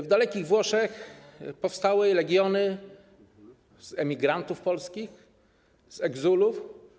W dalekich Włoszech powstały legiony z emigrantów polskich, z egzulów.